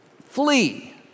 Flee